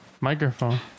Microphone